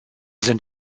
sind